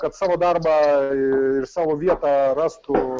kad savo darbą ir savo vietą rastų